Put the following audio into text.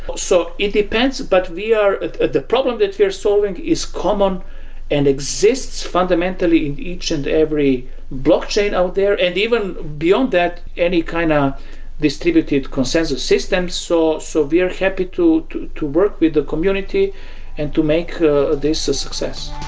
but so it depends, but we are the problem that we are solving is common and exists fundamentally in each and every blockchain out there. and even beyond that, any kind of distributed consensus systems. so so we are happy to to work with the community and to make ah this a success.